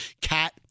Cat